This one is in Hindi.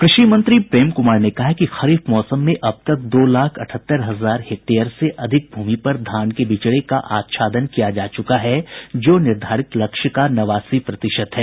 कृषि मंत्री प्रेम क्मार ने कहा है कि खरीफ मौसम में अब तक दो लाख अठहत्तर हजार हेक्टेयर से अधिक भूमि पर धान के बिचड़े का आच्छादन किया जा च्रका है जो निर्धारित लक्ष्य का नवासी प्रतिशत है